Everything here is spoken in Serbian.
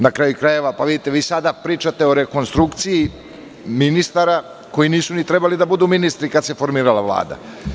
Na kraju krajeva, sada pričate o rekonstrukciji ministara koji nisu ni trebali da budu ministri kada se formirala Vlada.